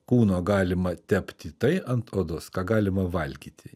kūno galima tepti tai ant odos ką galima valgyti